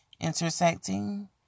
intersecting